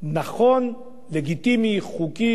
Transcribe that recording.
נכון, לגיטימי, חוקי,